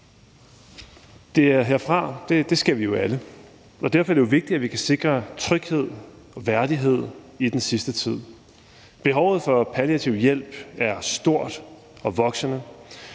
Herfra skal vi jo alle, og derfor er det vigtigt, at vi kan sikre tryghed og værdighed i den sidste tid. Behovet for palliativ hjælp er stort og voksende,